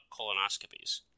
colonoscopies